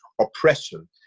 oppression